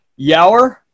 Yower